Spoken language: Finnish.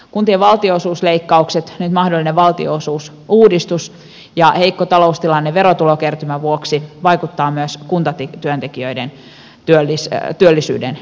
kuntien valtionosuusleikkaukset nyt mahdollinen valtionosuusuudistus ja heikko taloustilanne verotulokertymän vuoksi vaikuttavat myös kuntatyöntekijöiden työllisyyden mahdollisuuksiin